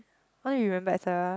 I want to be remembered as a